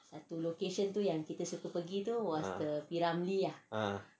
ah